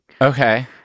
Okay